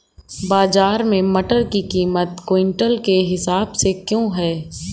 बाजार में मटर की कीमत क्विंटल के हिसाब से क्यो है?